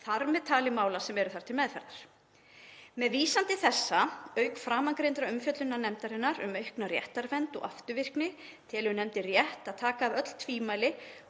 þar með talið til mála sem eru þar til meðferðar. Með vísan til þessa, auk framangreindrar umfjöllunar nefndarinnar um aukna réttarvernd og afturvirkni, telur nefndin rétt að taka af öll tvímæli